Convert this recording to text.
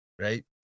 right